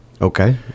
Okay